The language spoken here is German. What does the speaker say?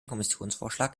kommissionsvorschlag